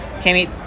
Kami